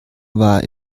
war